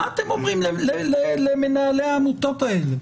מה אתם אומרים למנהלי העמותות האלה?